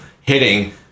hitting